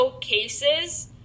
cases